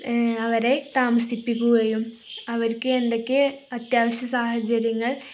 അവരെ താമസിപ്പിക്കുകയും അവർക്ക് എന്തൊക്കെ അത്യാവശ്യ സാഹചര്യങ്ങൾ